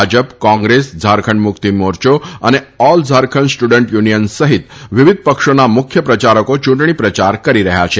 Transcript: ભાજપ કોંગ્રેસ ઝારખંડ મુકતી મોરચો અને ઓલ ઝારખંડ સ્ટુડન્ટ યુનિયન સહિત વિવિધ પક્ષોના મુખ્ય પ્રયારકો ચુંટણી પ્રચાર કરી રહ્યાં છે